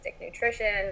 nutrition